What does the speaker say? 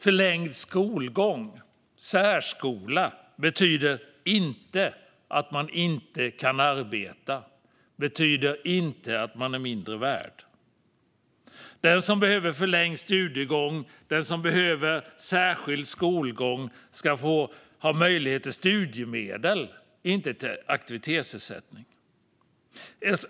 Förlängd skolgång och särskola betyder inte att man inte kan arbeta eller att man är mindre värd. Den som behöver förlängd studiegång eller särskild skolgång ska få studiemedel, inte aktivitetsersättning.